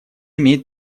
имеет